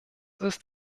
ist